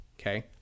okay